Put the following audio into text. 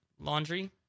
laundry